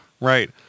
right